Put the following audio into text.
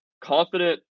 confident